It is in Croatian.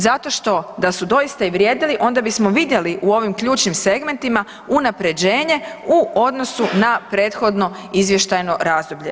Zato što, da su doista i vrijedili, onda bismo vidjeli u ovim ključnim segmentima unaprjeđenje u odnosu na prethodno izvještajno razdoblje.